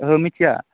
ओहो मिथिया